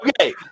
Okay